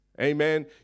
Amen